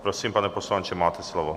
Prosím, pane poslanče, máte slovo.